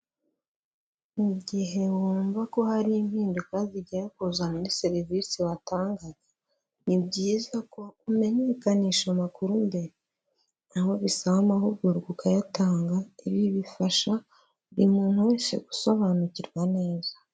Mu gihe wumva ko hari impinduka zigiye kuza muri serivisi watangaga, ni byiza ko umenyekanisha amakuru mbere, aho bisaba amahugurwa ukayatanga, ibi bifasha buri muntu wese gusobanukirwa neza.